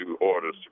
orders